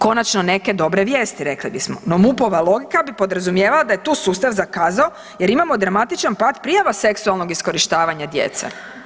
Konačno neke dobre vijesti, rekli bismo, no MUP-ova logika bi podrazumijevala da je tu sustav zakazao jer imamo dramatičan pad prijava seksualnog iskorištavanja djece.